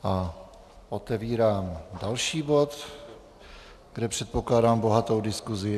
A otevírám další bod, kde předpokládám bohatou diskuzi.